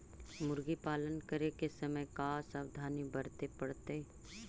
मुर्गी पालन करे के समय का सावधानी वर्तें पड़तई?